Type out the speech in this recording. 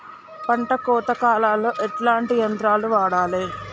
పంట కోత కాలాల్లో ఎట్లాంటి యంత్రాలు వాడాలే?